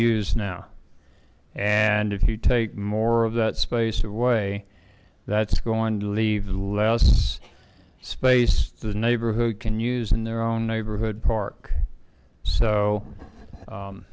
used now and if you take more of that space away that's going to leave less space the neighborhood can use in their own neighborhood park so